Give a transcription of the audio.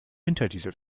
winterdiesel